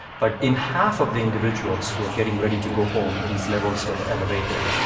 but in half of the individuals who were getting ready to go home, these levels were elevated.